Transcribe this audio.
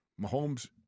Mahomes